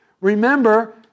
Remember